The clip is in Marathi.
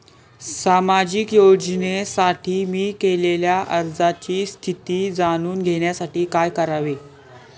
सामाजिक योजनेसाठी मी केलेल्या अर्जाची स्थिती जाणून घेण्यासाठी काय करावे?